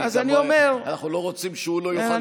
אנחנו לא רוצים שהוא לא יוכל להשתמש במסכת אב"כ,